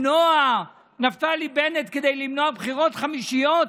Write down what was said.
נפתלי בנט, כדי למנוע בחירות חמישיות,